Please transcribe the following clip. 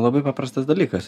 labai paprastas dalykas